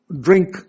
drink